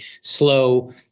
slow